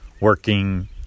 Working